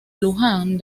luján